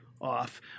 off